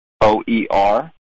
O-E-R